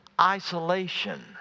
isolation